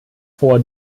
vor